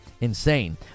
insane